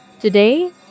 Today